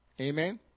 Amen